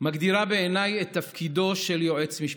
מגדירה בעיניי את תפקידו של יועץ משפטי,